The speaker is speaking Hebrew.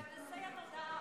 מהנדסי התודעה.